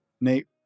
Nate